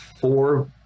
four